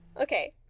Okay